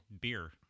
beer